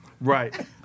Right